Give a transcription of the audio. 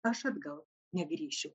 aš atgal negrįšiu